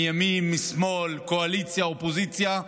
מימין, משמאל, קואליציה, אופוזיציה.